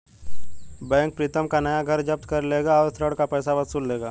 bank Pritam का नया घर जब्त कर लेगा और ऋण का पैसा वसूल लेगा